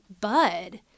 bud